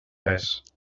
res